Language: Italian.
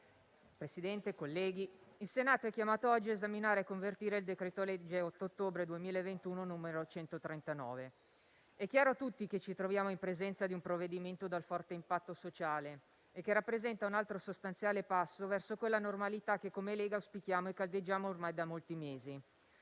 Presidente, colleghi, il Senato è chiamato oggi a esaminare e convertire il decreto-legge 8 ottobre 2021, n. 139. È chiaro a tutti che ci troviamo in presenza di un provvedimento dal forte impatto sociale e che rappresenta un altro sostanziale passo verso quella normalità che come Lega auspichiamo e caldeggiamo ormai da molti mesi,